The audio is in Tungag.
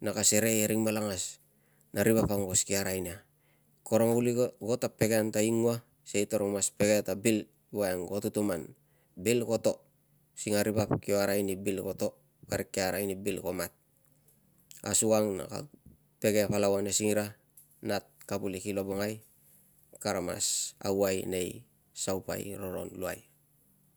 na ka sere e ring malangas na ri vap aungos ki arai nia. Karung ago ta pege an ta ingua, sikei tarung pege ta bil vioang ko tutuman, bil ko to using a ri vap kio arai ni bil ko to parik kia arai ni bil ko mat. Asukang na kag pege palau ane singira ri nat, kavulik i lovongai tara mas auai nei saupai ko roron luai.